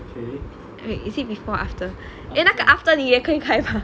okay after